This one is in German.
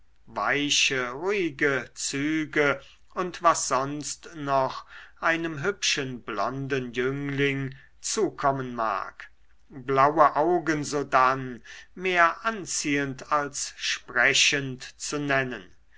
weiche ruhige züge und was sonst noch einem hübschen blonden jüngling zukommen mag blaue augen sodann mehr anziehend als sprechend zu nennen